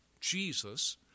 Jesus